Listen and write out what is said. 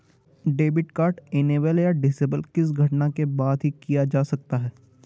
debit card enable या disable किसी घटना के बाद ही किया जा सकता है